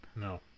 No